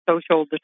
social